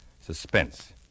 Suspense